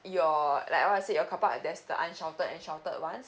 your like what I say your car park at there's the sheltered and unsheltered one